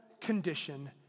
condition